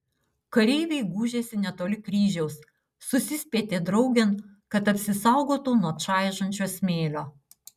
kareiviai gūžėsi netoli kryžiaus susispietė draugėn kad apsisaugotų nuo čaižančio smėlio